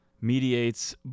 mediates